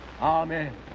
Amen